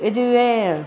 இதுவே